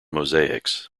mosaics